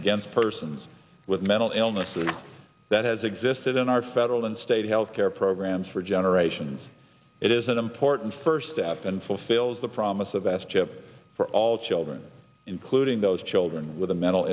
against persons with mental illnesses that has existed in our federal and state health care programs for generations it is an important first step and fulfills the promise of s chip for all children including those children with a mental